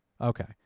Okay